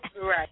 Right